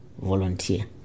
volunteer